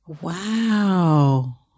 Wow